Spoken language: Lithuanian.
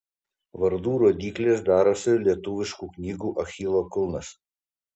vardų rodyklės darosi lietuviškų knygų achilo kulnas